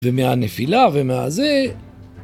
ומהנפילה ומהזה...